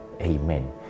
Amen